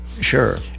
Sure